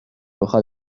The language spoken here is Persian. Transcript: بخواد